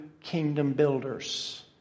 kingdom-builders